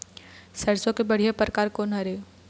सरसों के बढ़िया परकार कोन हर ये?